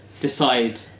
decide